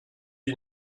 you